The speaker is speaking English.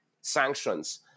sanctions